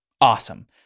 awesome